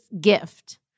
gift